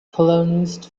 colonists